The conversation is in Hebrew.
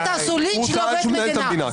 אל תעשו לינץ' לעובד מדינה.